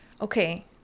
Okay